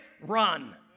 Run